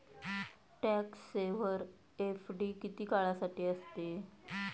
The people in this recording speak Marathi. टॅक्स सेव्हर एफ.डी किती काळासाठी असते?